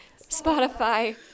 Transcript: Spotify